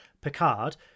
Picard